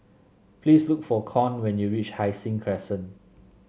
please look for Con when you reach Hai Sing Crescent